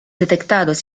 detectados